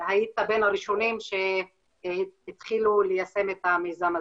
שהיית בין הראשונים שהתחילו ליישם את המיזם הזה.